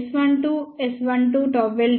S12S12ΓL 1 S22ΓL కోసం కాదు